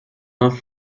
vingt